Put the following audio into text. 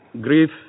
grief